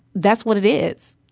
that's what it is.